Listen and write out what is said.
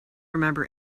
remember